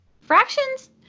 Fractions